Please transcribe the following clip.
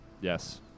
Yes